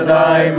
Thy